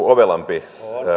ovelampi